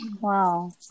wow